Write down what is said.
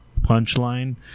punchline